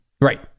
right